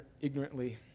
ignorantly